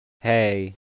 Hey